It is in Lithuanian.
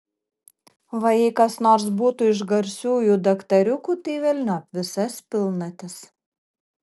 va jei kas nors būtų iš garsiųjų daktariukų tai velniop visas pilnatis